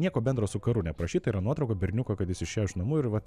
nieko bendro su karu neprašyta yra nuotrauka berniuko kad jis išėjo iš namų ir vat